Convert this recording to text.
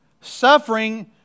Suffering